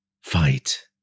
Fight